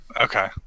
Okay